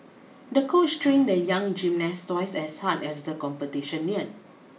the coach trained the young gymnast twice as hard as the competition neared